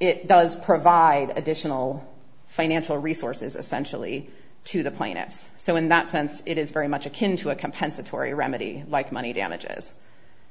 it does provide additional financial resources essential e to the plaintiffs so in that sense it is very much akin to a compensatory remedy like money damages